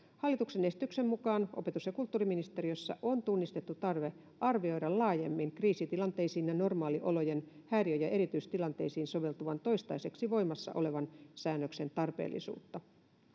hallituksen esityksen mukaan opetus ja kulttuuriministeriössä on tunnistettu tarve arvioida laajemmin kriisitilanteisiin ja normaaliolojen häiriö ja erityistilanteisiin soveltuvan toistaiseksi voimassa olevan säännöksen tarpeellisuutta